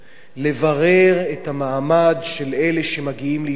לברר את המעמד של אלה שמגיעים לישראל.